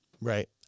Right